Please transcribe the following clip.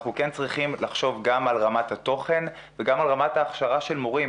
אנחנו כן צריכים לחשוב גם על רמת התוכן וגם על רמת הכשרה של מורים.